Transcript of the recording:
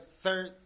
third